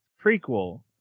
prequel